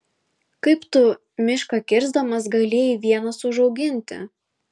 kaip tu mišką kirsdamas galėjai vienas užauginti